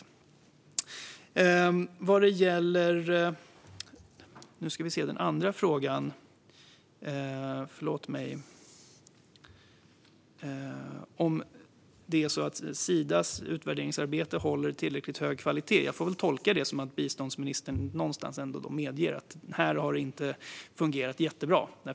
Svaret på den andra frågan, om Sidas utvärderingsarbete håller tillräckligt hög kvalitet, får jag väl tolka som att biståndsministern någonstans medger att här har det inte fungerat jättebra.